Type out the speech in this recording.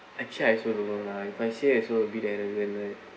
actually I also don't know lah if I say will be there and and like